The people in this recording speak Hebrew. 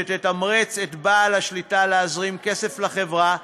שתתמרץ את בעל השליטה להזרים כסף לחברה,